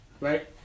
Right